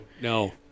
No